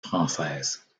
française